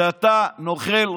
שאתה נוכל,